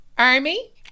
army